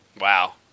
Wow